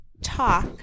talk